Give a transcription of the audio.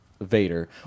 vader